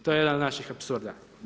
To je jedan od naših apsurda.